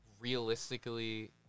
realistically